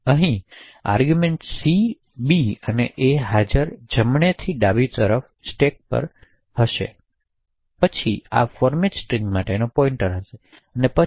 અહી argument C B અને A હશે જમણેથી ડાબીબાજુ સ્ટેક પર પસાર થાય છે અને પછી આ ફોર્મેટ સ્ટ્રિંગ માટે પોઇન્ટર હશે પછી